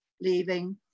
leaving